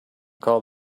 call